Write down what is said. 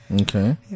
Okay